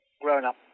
grown-up